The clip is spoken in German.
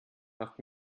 macht